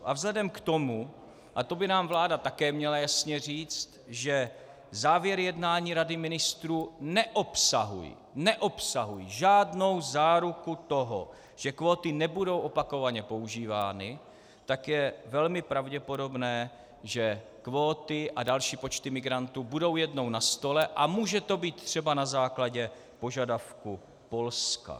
A vzhledem k tomu, a to by nám vláda také měla jasně říct, že závěry jednání Rady ministrů neobsahují žádnou záruku toho, že kvóty nebudou opakovaně používány, tak je velmi pravděpodobné, že kvóty a další počty migrantů budou jednou na stole a může to být třeba na základě požadavku Polska.